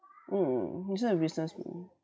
mm he's just a businessman